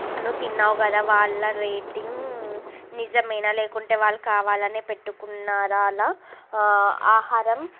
నువ్వు తిన్నావు కదా వాళ్ళ రేటింగ్ నిజమేనా లేకుంటే వాళ్ళు కావాలనే పెట్టుకున్నారా అలా ఆహారం